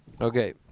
Okay